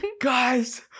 guys